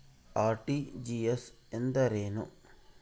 RTGS ಎಂದರೇನು?